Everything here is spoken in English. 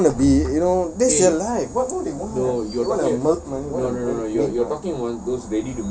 want to be you know that's their life what more they want want to milk money